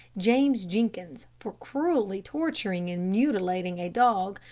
james jenkins, for cruelly torturing and mutilating a dog,